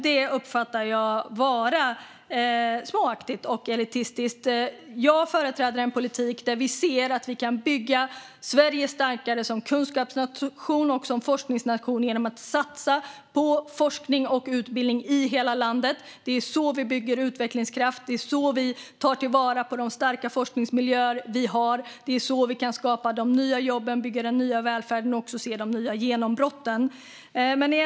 Det uppfattar jag som småaktigt och elitistiskt. Jag företräder en politik där vi ser att vi kan bygga Sverige starkare som kunskapsnation och forskningsnation genom att satsa på forskning och utbildning i hela landet. Det är så vi bygger utvecklingskraft, och det är så vi tar vara på de starka forskningsmiljöer som vi har. Det är så vi kan skapa de nya jobben, bygga den nya välfärden och också se de nya genombrotten.